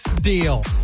deal